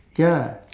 ya